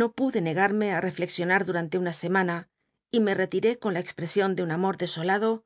no pude negarme á rellexionar durante una semana y me retiré con la expresion de un amot desolado